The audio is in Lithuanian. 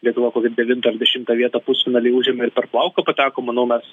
lietuva kokią devintą dešimtą vietą pusfinalyje užėmė ir per plauką pateko manau mes